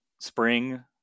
spring